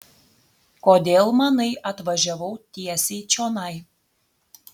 kodėl manai atvažiavau tiesiai čionai